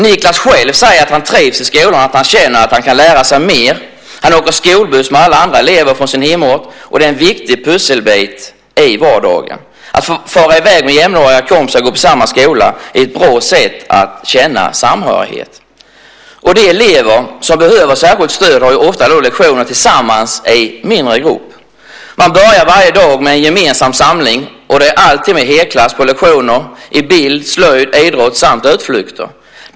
Niklas själv säger att han trivs i skolan och att han känner att han kan lära sig mer. Han åker skolbuss med alla andra elever från sin hemort. Det är en viktig pusselbit i vardagen. Att fara i väg med jämnåriga kompisar och gå på samma skola är ett bra sätt att känna samhörighet. De elever som behöver särskilt stöd har ofta lektioner tillsammans i mindre grupp. Man börjar varje dag med en samling, och de är alltid med helklass på lektioner i bild, slöjd, idrott samt på utflykter.